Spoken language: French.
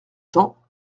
temps